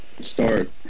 start